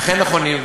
אכן נכונים.